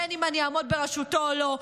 בין שאני אעמוד בראשותו ובין שלא,